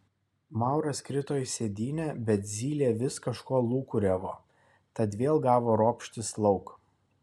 mauras krito į sėdynę bet zylė vis kažko lūkuriavo tad vėl gavo ropštis lauk